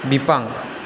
बिफां